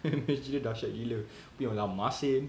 M_S_G dia dashyat gila punya lah masin